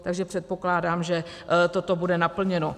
Takže předpokládám, že toto bude naplněno.